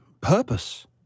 purpose